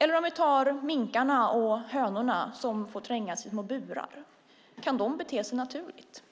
Eller vi kan ta minkarna och hönorna, som får trängas i små burar. Kan de bete sig naturligt?